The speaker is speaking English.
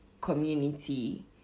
community